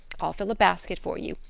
i'll fill a basket for you.